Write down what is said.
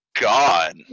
God